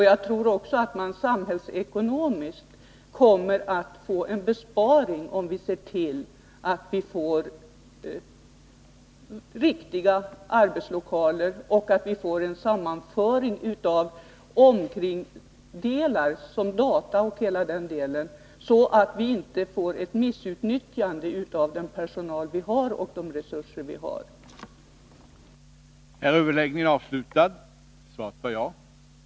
Jag tror också att resultatet samhällsekonomiskt blir en besparing, om vi ser till att polisen i Handen får riktiga arbetslokaler och om kringdelar som databehandling och liknande sammanförs med polisverksamheten, så att den personal och de resurser vi har inte missutnyttjas.